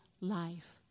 life